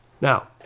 Now